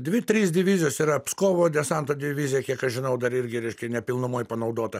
dvi trys divizijos yra pskovo desanto divizija kiek aš žinau dar irgi reiškia ne pilnumoj panaudota